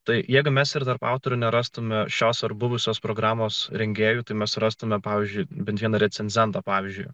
tai jeigu mes ir tarp autorių nerastumėme šios ar buvusios programos rengėjų tai mes rastumėme pavyzdžiui bent vieno recenzento pavyzdžiui